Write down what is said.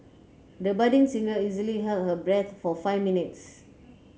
the budding singer easily held her breath for five minutes